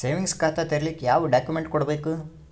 Savings ಖಾತಾ ತೇರಿಲಿಕ ಯಾವ ಡಾಕ್ಯುಮೆಂಟ್ ಕೊಡಬೇಕು?